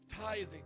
Tithing